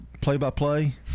play-by-play